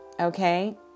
Okay